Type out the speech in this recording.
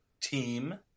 team